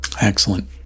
Excellent